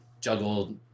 juggle